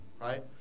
right